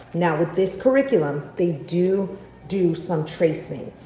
now with this curriculum, they do do some tracing.